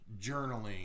journaling